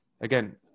Again